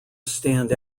stand